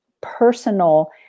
personal